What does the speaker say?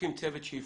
נקים צוות שיבחן,